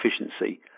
efficiency